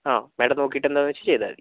ആ മാഡം നോക്കീട്ട് എന്താണ് വെച്ചാൽ ചെയ്താൽ മതി